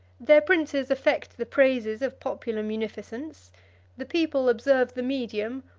their princes affect the praises of popular munificence the people observe the medium,